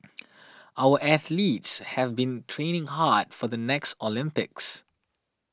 our athletes have been training hard for the next Olympics